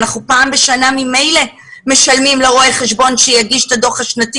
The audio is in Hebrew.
ממילא פעם בשנה אנחנו משלמים לרואה החשבון כדי שיגיש את הדוח השנתי